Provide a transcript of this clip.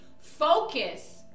focus